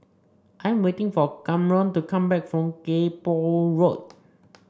I am waiting for Camron to come back from Kay Poh Road